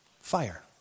Fire